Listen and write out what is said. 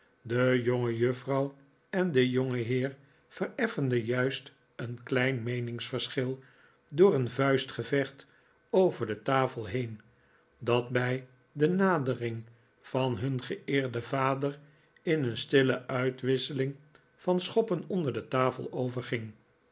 de jongejuffrouw en de jongeheer vereffenden juist een klein meeningsverschil door een vuistgevecht over de tafel heen dat bij de nadering van nun geeerden vader in een stifle uitwisseling van schoppen onder de